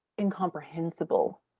incomprehensible